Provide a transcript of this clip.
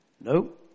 No